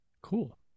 Cool